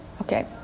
Okay